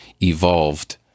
evolved